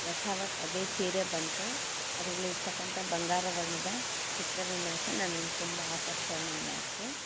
ಯಥಾವತ್ತು ಅದೇ ಸೀರೆ ಬಂತು ಅದರಲ್ಲಿರ್ತಕ್ಕಂಥ ಬಂಗಾರ ವರ್ಣದ ಚಿತ್ರ ವಿನ್ಯಾಸ ನನ್ನನ್ನು ತುಂಬ ಆಕರ್ಷಣೆ ಮಾಡಿತು